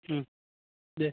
दे